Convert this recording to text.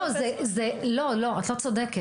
לא, זה לא, את לא צודקת.